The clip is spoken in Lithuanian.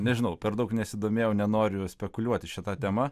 nežinau per daug nesidomėjau nenoriu spekuliuoti šita tema